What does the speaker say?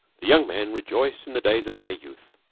the young men rejoice in the days of their youth.